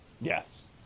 Yes